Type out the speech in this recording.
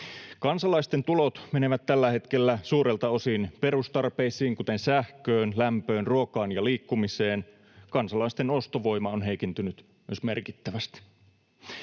Kansalaisten tulot menevät tällä hetkellä suurelta osin perustarpeisiin, kuten sähköön, lämpöön, ruokaan ja liikkumiseen. Kansalaisten ostovoima myös on heikentynyt merkittävästi.